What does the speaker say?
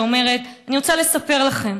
שאומרת: אני רוצה לספר לכם,